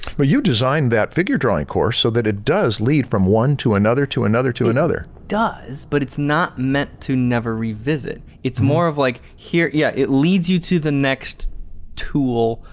but you designed that figure drawing course so that it does lead from one to another to another to another does but it's not meant to never revisit. it's more of like here yeah, it leads you to the next tool,